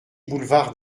boulevard